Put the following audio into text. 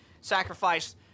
sacrifice